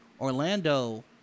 Orlando